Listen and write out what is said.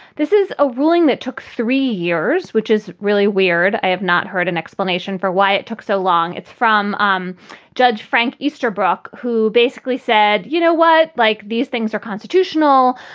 this is a ruling that took three years, which is really weird. i have not heard an explanation for why it took so long. it's from um judge frank easterbrook, who basically said, you know what? like, these things are constitutional.